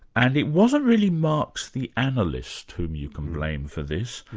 and it wasn't really marx the analyst whom you can blame for this,